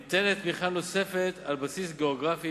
ניתנת תמיכה נוספת על בסיס גיאוגרפי